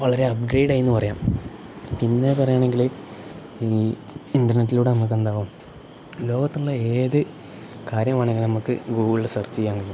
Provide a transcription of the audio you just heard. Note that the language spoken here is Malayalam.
വളരെ അപ് ഗ്രേഡ് ആയി എന്ന് പറയാം പിന്നെ പറയുകയാണെങ്കിൽ ഈ ഇൻറർനെറ്റിലൂടെ നമുക്ക് എന്താകും ലോകത്തുള്ള ഏത് കാര്യമാണെങ്കിൽ നമുക്ക് ഗൂഗിളിൽ സെർച്ച് ചെയ്യാൻ പറ്റും